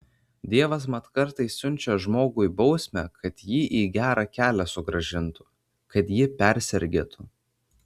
dievas mat kartais siunčia žmogui bausmę kad jį į gerą kelią sugrąžintų kad jį persergėtų